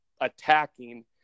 attacking